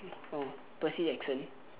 oh Percy Jackson